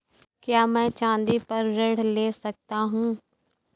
क्या मैं चाँदी पर ऋण ले सकता हूँ?